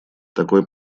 такой